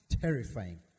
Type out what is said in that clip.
terrifying